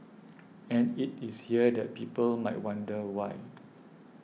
and it is here that people might wonder why